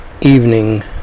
Evening